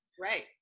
Right